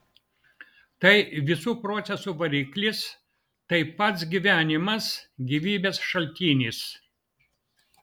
tai visų procesų variklis tai pats gyvenimas gyvybės šaltinis